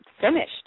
finished